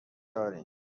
داریم